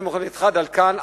במכוניתך דלקן,